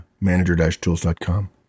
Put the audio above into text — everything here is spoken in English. Manager-tools.com